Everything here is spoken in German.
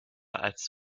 als